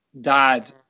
dad